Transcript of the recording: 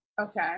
okay